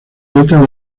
violeta